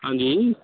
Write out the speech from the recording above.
ਹਾਂਜੀ